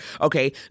Okay